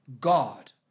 God